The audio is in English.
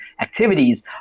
activities